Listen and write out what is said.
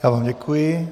Já vám děkuji.